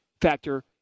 factor